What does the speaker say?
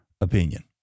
opinion